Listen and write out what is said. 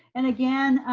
and again,